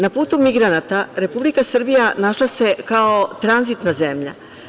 Na putu migranata Republika Srbija našla se kao tranzitna zemlja.